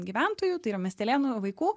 gyventojų tai yra miestelėnų vaikų